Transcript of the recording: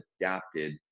adapted